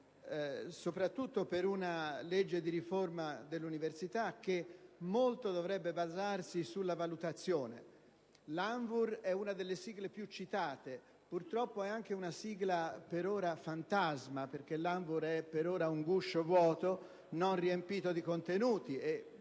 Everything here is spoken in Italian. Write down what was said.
soprattutto per una legge di riforma dell'università che molto dovrebbe basarsi sulla valutazione. L'ANVUR è una delle sigle più citate. Purtroppo, è anche una sigla per ora fantasma, perché tale Agenzia è al momento un guscio vuoto, non riempito di contenuti.